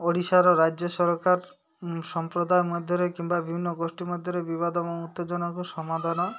ଓଡ଼ିଶାର ରାଜ୍ୟ ସରକାର ସମ୍ପ୍ରଦାୟ ମଧ୍ୟରେ କିମ୍ବା ବିଭିନ୍ନ ଗୋଷ୍ଠୀ ମଧ୍ୟରେ ବିବାଦ ଉତ୍ତେଜନାକୁ ସମାଧାନ